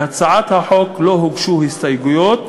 להצעת החוק לא הוגשו הסתייגויות,